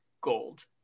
gold